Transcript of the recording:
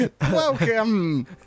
Welcome